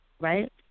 Right